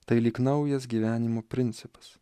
tai lyg naujas gyvenimo principas